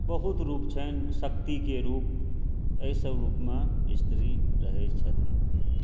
बहुत रूप छनि शक्ति के रूप अइ सबमे स्त्री रहै छथिन